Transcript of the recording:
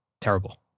Terrible